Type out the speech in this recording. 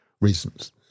reasons